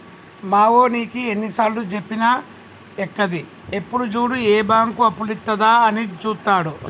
మావోనికి ఎన్నిసార్లుజెప్పినా ఎక్కది, ఎప్పుడు జూడు ఏ బాంకు అప్పులిత్తదా అని జూత్తడు